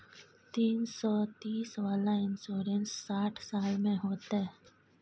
तीन सौ तीस वाला इन्सुरेंस साठ साल में होतै?